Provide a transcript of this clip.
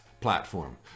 platform